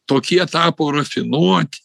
tokie tapo rafinuot